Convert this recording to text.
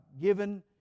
given